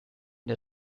der